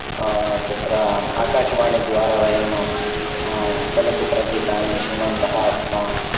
तत्र आकाशवाणीद्वारा वयं चलनचित्रगीतानि शृण्वन्तः आस्म